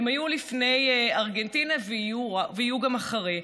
הם היו לפני ארגנטינה ויהיו גם אחרי.